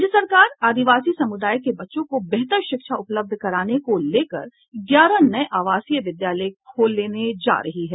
राज्य सरकार आदिवासी समुदाय के बच्चों को बेहतर शिक्षा उपलब्ध कराने को लेकर ग्यारह नए आवासीय विद्यालय खोलने जा रही है